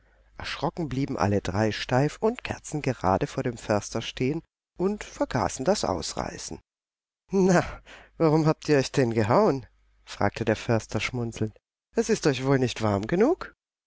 erschrocken blieben alle drei steif und kerzengerade vor dem förster stehen und vergaßen das ausreißen na warum habt ihr euch denn gehauen fragte der förster schmunzelnd es ist euch wohl nicht warm genug